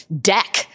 deck